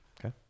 Okay